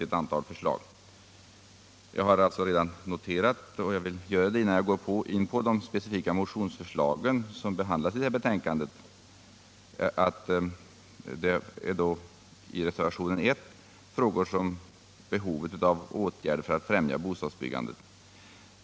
Innan jag kommenterar de olika motionsförslag som behandlats i betänkandet vill jag säga några ord om reservationen I som tar upp behovet av åtgärder för att främja bostadsbyggandet.